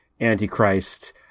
Antichrist